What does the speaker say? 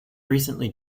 recently